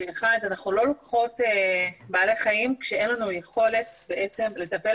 אנחנו לא לוקחות בעלי חיים כשאין לנו יכולת לטפל